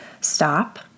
stop